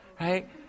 right